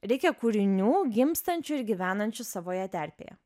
reikia kūrinių gimstančių ir gyvenančių savoje terpėje